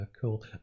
Cool